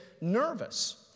nervous